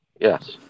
Yes